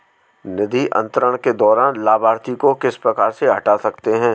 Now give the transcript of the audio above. निधि अंतरण के दौरान लाभार्थी को किस प्रकार से हटा सकते हैं?